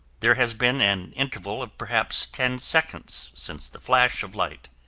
there has been an interval of perhaps ten seconds since the flash of light.